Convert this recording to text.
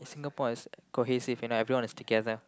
Singapore is cohesive you know everyone is together